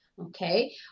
Okay